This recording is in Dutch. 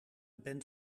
band